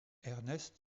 ernest